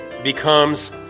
Becomes